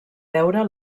veure